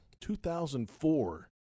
2004